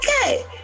okay